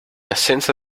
assenza